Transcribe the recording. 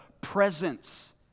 presence